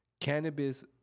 Cannabis